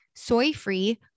soy-free